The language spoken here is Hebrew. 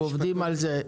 אנחנו עובדים על זה.